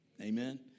Amen